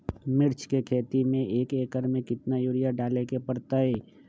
मिर्च के खेती में एक एकर में कितना यूरिया डाले के परतई?